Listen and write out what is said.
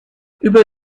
über